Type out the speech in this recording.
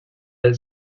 els